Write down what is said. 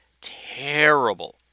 terrible